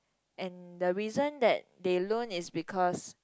and the reason that they loan is because